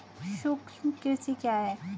सूक्ष्म कृषि क्या है?